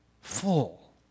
full